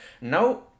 Now